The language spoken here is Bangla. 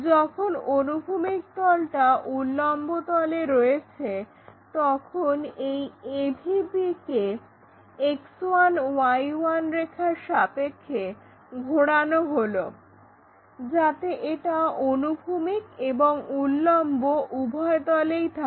যখন অনুভূমিক তলটা উল্লম্ব তলে রয়েছে তখন এই AVP কে X1Y1 রেখার সাপেক্ষে ঘোরানো হলো যাতে এটা অনুভূমিক এবং উল্লম্ব উভয় তলেই থাকে